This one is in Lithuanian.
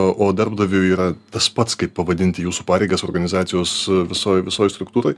o darbdaviui yra tas pats kaip pavadinti jūsų pareigas organizacijos visoj visoj struktūroj